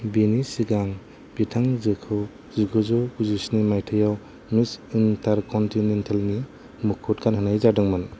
बिनि सिगां बिथांजोखौ जिगुजौ गुजिस्नि मायथाइयाव मिस इन्टारकन'टिनेंटलनि मुकुट गानहोनाय जादोंमोन